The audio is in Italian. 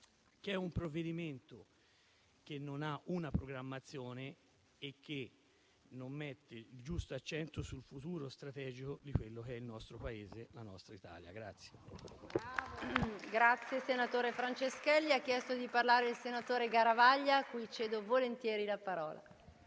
a un provvedimento che non ha una programmazione e non mette il giusto accento sul futuro strategico del nostro Paese, la nostra Italia.